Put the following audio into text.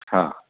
हां